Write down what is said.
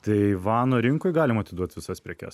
taivano rinkoj galim atiduot visas prekes